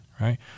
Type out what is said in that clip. right